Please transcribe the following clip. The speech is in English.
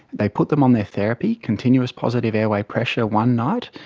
they put them on their therapy, continuous positive airway pressure, one night,